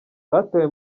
batawe